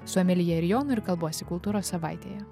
su emilija ir jonu ir kalbuosi kultūros savaitėje